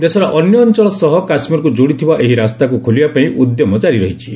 ଦେଶର ଅନ୍ୟ ଅଞ୍ଚଳ ସହ କାଶ୍ମୀରକୁ ଯୋଡ଼ୁଥିବା ଏହି ରାସ୍ତାକୁ ଖୋଲିବା ପାଇଁ ଉଦ୍ୟମ କାରି ରହିଛି